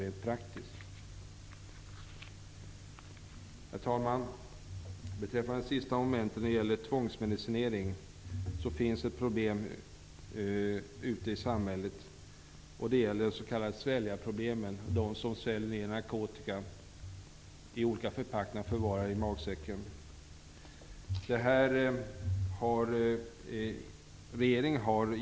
Herr talman! Beträffande det sista momentet när det gäller tvångsmedicinering finns ett problem ute i samhället. Det gäller de s.k. sväljarproblemen.